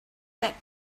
that